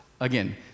again